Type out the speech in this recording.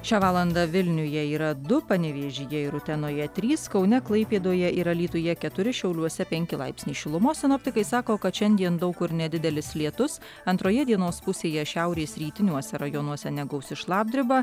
šią valandą vilniuje yra du panevėžyje ir utenoje trys kaune klaipėdoje ir alytuje keturi šiauliuose penki laipsniai šilumos sinoptikai sako kad šiandien daug kur nedidelis lietus antroje dienos pusėje šiaurės rytiniuose rajonuose negausi šlapdriba